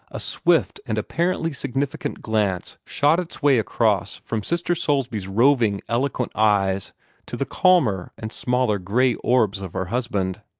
a swift and apparently significant glance shot its way across from sister soulsby's roving, eloquent eyes to the calmer and smaller gray orbs of her husband.